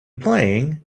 playing